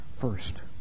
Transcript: first